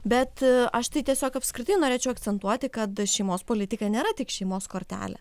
bet aš tai tiesiog apskritai norėčiau akcentuoti kad šeimos politika nėra tik šeimos kortelė